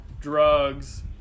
drugs